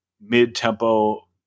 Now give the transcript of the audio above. mid-tempo